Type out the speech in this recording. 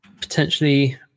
potentially